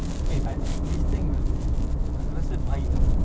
eh but this thing wou~ aku rasa baik ah